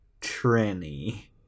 Tranny